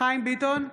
חיים ביטון,